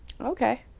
Okay